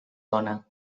bona